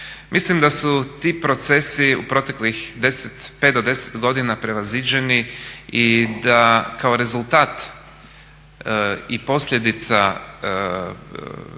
Mislim da su ti procesi u proteklih 5 do 10 godina prevaziđeni i da kao rezultat i posljedica